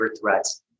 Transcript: threats